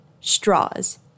straws